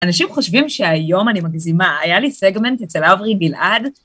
אנשים חושבים שהיום אני מגזימה, היה לי סגמנט אצל אברי גלעד.